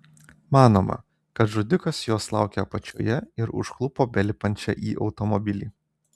manoma kad žudikas jos laukė apačioje ir užklupo belipančią į automobilį